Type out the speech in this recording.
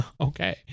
Okay